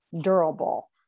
durable